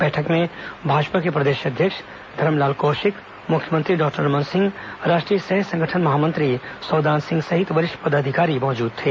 बैठक में भाजपा के प्रदेश अध्यक्ष धरमलाल कौशिक मुख्यमंत्री डॉक्टर रमन सिंह राष्ट्रीय सह संगठन महामंत्री सौदान सिंह सहित वरिष्ठ पदाधिकारी मौजूद थे